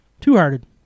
Two-Hearted